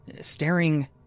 staring